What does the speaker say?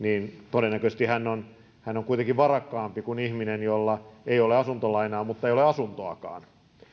todennäköisesti hän on hän on kuitenkin varakkaampi kuin ihminen jolla ei ole asuntolainaa mutta ei ole asuntoakaan